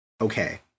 okay